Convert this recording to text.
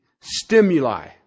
stimuli